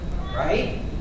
Right